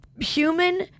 human